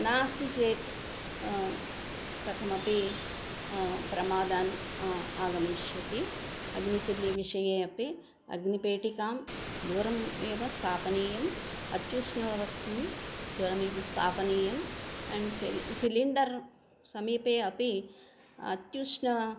नास्ति चेत् कथमपि प्रमादाः आगमिष्यन्ति अग्निचुल्लिविषये अपि अग्निपेटिका दूरम् एव स्थापनीया अत्युष्णवस्तु दूरमेव स्थापनीयम् एण्ड् सिलि सिलिण्डर् समीपे अपि अत्युष्णं